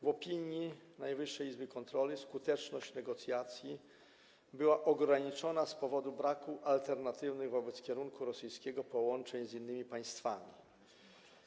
W opinii Najwyższej Izby Kontroli skuteczność negocjacji była ograniczona z powodu braku alternatywnych wobec kierunku rosyjskiego połączeń z innymi państwami.